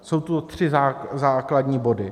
Jsou tu tři základní body.